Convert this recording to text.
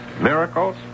Miracles